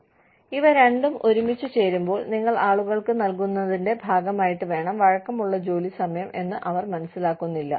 അതിനാൽ ഇവ രണ്ടും ഒരുമിച്ചു ചേരുമ്പോൾ നിങ്ങൾ ആളുകൾക്ക് നൽകുന്നതിന്റെ ഭാഗമായിട്ട് വേണം വഴക്കമുള്ള ജോലി സമയം എന്ന് അവർ മനസ്സിലാക്കുന്നില്ല